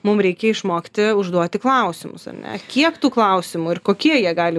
mum reikia išmokti užduoti klausimus ar ne kiek tų klausimų ir kokie jie gali